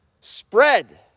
spread